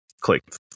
clicked